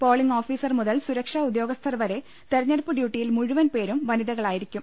polling officer മുതൽ സുരക്ഷാ ഉദ്യോഗസ്ഥർ വരെ തെരഞ്ഞെടുപ്പ് ഡ്യൂട്ടിയിൽ മുഴു വൻ പേരും വനിതകളായിരിക്കും